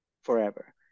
forever